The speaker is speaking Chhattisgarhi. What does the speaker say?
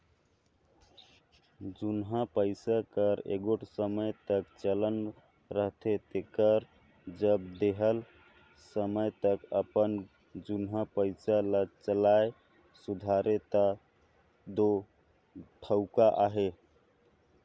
जुनहा पइसा कर एगोट समे तक चलन रहथे तेकर जब देहल समे तक अपन जुनहा पइसा ल चलाए सुधारे ता दो ठउका अहे